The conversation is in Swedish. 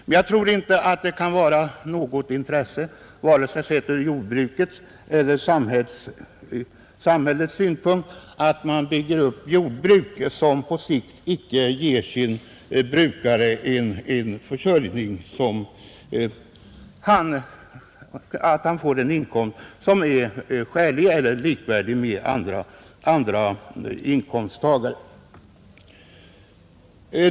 Men jag tror inte att det kan vara av något intresse, vare sig ur jordbrukets eller samhällets synpunkt, att bygga upp jordbruk som på sikt icke ger sin brukare en inkomst som är likvärdig med andra inkomsttagares.